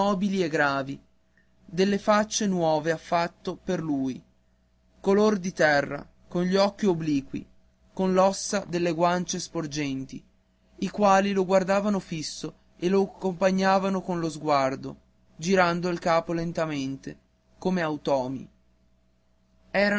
immobili e gravi delle faccie nuove affatto per lui color di terra con gli occhi obbliqui con l'ossa delle guance sporgenti i quali lo guardavano fisso e lo accompagnavano con lo sguardo girando il capo lentamente come automi